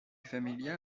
familia